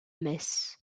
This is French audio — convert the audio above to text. messe